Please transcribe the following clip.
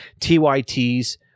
TYTs